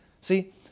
see